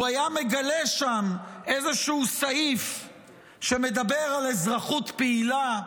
הוא היה מגלה שם איזשהו סעיף שמדבר על אזרחות פעילה,